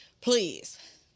Please